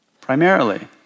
primarily